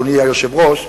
אדוני היושב-ראש,